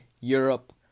Europe